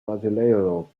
brasileiro